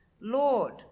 lord